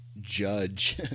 judge